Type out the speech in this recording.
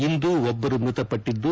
ಇಂದು ಒಬ್ಬರು ಮೃತಪಟ್ಟಿದ್ದು